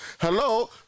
hello